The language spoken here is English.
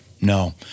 no